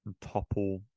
topple